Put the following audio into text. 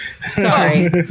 Sorry